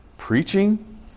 Preaching